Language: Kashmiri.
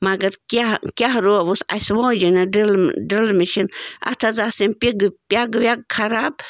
مگر کیٛاہ کیٛاہ روُس اَسہِ وٲجنۍ اَتھ ڈٕرل ڈٕرل مِشیٖن اَتھ حظ آس یِم پِگہٕ پٮ۪گہٕ وٮ۪گہٕ خراب